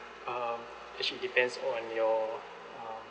um actually depends on your um